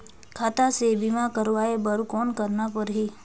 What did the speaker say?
खाता से बीमा करवाय बर कौन करना परही?